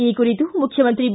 ಈ ಕುರಿತು ಮುಖ್ಯಮಂತ್ರಿ ಬಿ